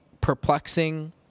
perplexing